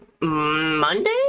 Monday